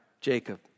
Jacob